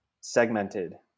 segmented